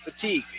fatigue